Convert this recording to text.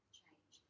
change